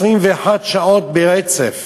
21 שעות ברצף